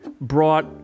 brought